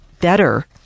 better